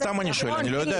אני שואל סתם, אני לא יודע.